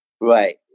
Right